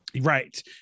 Right